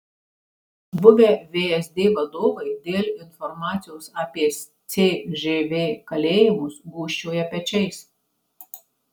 buvę vsd vadovai dėl informacijos apie cžv kalėjimus gūžčioja pečiais